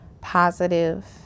positive